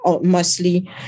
Mostly